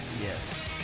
yes